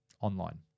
online